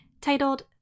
Titled